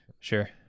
sure